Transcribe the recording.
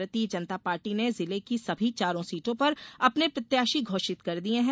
भारतीय जनता पार्टी ने जिले की सभी चारों सीटों पर अपने प्रत्याशी घोषित कर दिये हैं